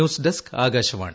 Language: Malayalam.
ന്യൂസ്ഡസ്ക് ആകാശവാണി